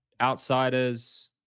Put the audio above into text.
Outsiders